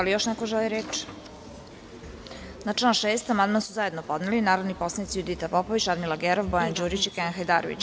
Da li još neko želi reč? (Ne) Na član 6. amandman su zajedno podneli narodni poslanici Judita Popović, Radmila Gerov, Bojan Đurić i Kenan Hajdarević.